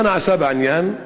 מה נעשה בעניין?